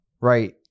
right